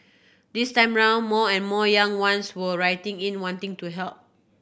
this time round more and more young ones were writing in wanting to help